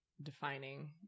defining